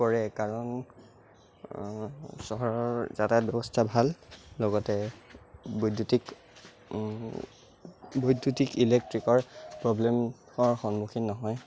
কৰে কাৰণ চহৰৰ যাতায়াত ব্য়ৱস্থা ভাল লগতে বৈদ্য়ুতিক বৈদ্য়ুতিক ইলেক্ট্ৰিকৰ প্ৰৱ্লেমৰ সন্মুখীন নহয়